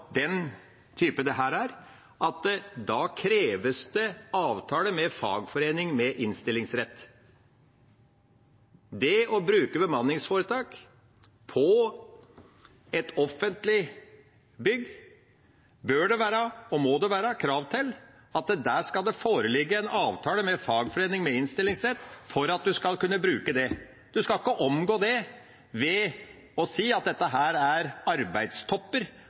kreves avtale med fagforening med innstillingsrett. Om man vil bruke bemanningsforetak på et offentlig bygg, bør det, og må det, være krav til at en avtale med fagforening med innstillingsrett skal foreligge. En skal ikke omgå det ved å si at dette er arbeidstopper,